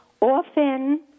Often